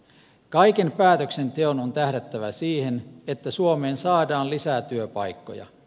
kaiken päätöksenteon on tähdättävä siihen että suomeen saadaan lisää työpaikkoja